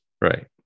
Right